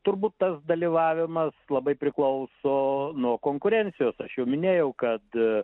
turbūt tas dalyvavimas labai priklauso nuo konkurencijos aš jau minėjau kad